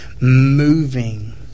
moving